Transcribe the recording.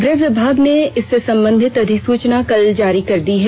गृह विभाग ने इससे संबंधित अधिसूचना कल जारी कर दी है